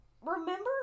remember